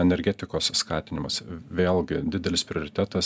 energetikos skatinimas vėlgi didelis prioritetas